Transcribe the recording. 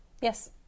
Yes